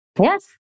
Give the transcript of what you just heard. Yes